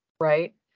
right